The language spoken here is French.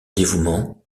dévouement